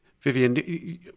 Vivian